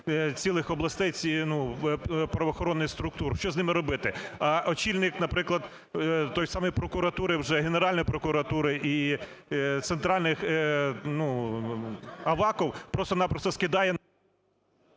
цілих областей правоохоронних структур, що з ними робити? А очільник, наприклад, тієї самої прокуратури вже, Генеральної прокуратури і центральних, ну, Аваков просто-на-просто скидає…